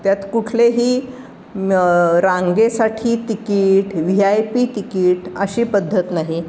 त्यात कुठलेही रांगेसाठी ticket V I P ticket अशी पद्धत नाही